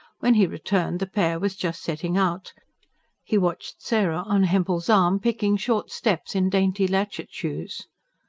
when he returned, the pair was just setting out he watched sarah, on hempel's arm, picking short steps in dainty latchet-shoes.